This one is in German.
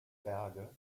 berge